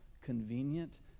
convenient